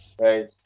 right